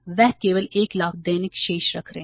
वे केवल 100000 दैनिक शेष रख रहे हैं